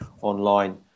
online